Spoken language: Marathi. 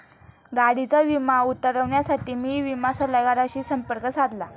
गाडीचा विमा उतरवण्यासाठी मी विमा सल्लागाराशी संपर्क साधला